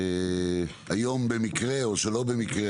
היום במקרה או שלא במקרה,